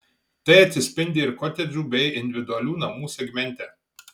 tai atsispindi ir kotedžų bei individualių namų segmente